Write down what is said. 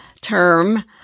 term